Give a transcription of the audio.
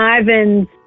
Ivan's